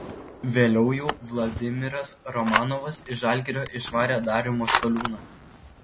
vėliau jau vladimiras romanovas iš žalgirio išvarė darių maskoliūną